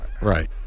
right